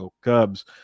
Cubs